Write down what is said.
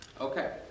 Okay